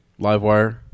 Livewire